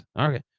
Okay